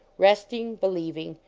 resting, believing,